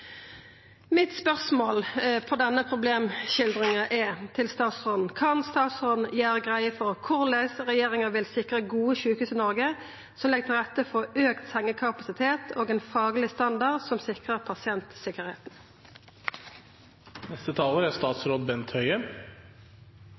Mitt spørsmål etter denne problemskildringa er: Kan statsråden gjera greie for korleis regjeringa vil sikra gode sjukehus i Noreg som legg til rette for auka sengekapasitet og ein fagleg standard som sikrar